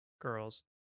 girls